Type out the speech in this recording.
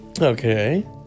Okay